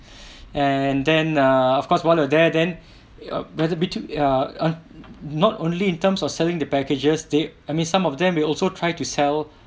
and then uh of course one of there then uh whether between uh err not only in terms of selling the packages they I mean some of them will also try to sell